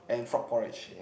and frog porridge